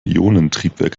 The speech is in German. ionentriebwerk